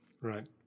right